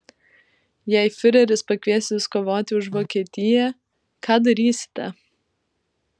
jei fiureris pakvies jus kovoti už vokietiją ką darysite